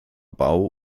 bau